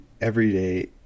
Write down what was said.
everyday